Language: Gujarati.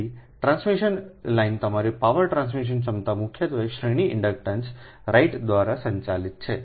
તેથી ટ્રાન્સમિશન લાઇનની તમારી પાવર ટ્રાન્સમિશન ક્ષમતા મુખ્યત્વે શ્રેણી ઇન્ડક્ટન્સ રાઇટ દ્વારા સંચાલિત છે